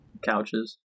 couches